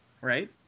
right